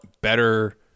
better